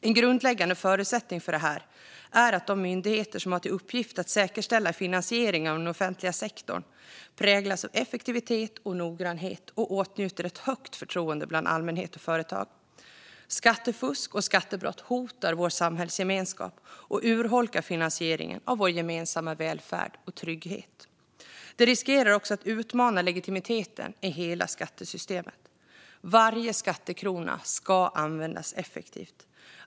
En grundläggande förutsättning för det är att de myndigheter som har till uppgift att säkerställa finansieringen av den offentliga sektorn präglas av effektivitet och noggrannhet och åtnjuter ett högt förtroende bland allmänhet och företag. Skattefusk och skattebrott hotar vår samhällsgemenskap och urholkar finansieringen av vår gemensamma välfärd och trygghet. Det riskerar också att utmana legitimiteten i hela skattesystemet. Varje skattekrona ska användas effektivt.